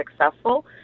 successful